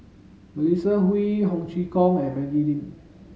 Melissa Kwee Ho Chee Kong and Maggie Lim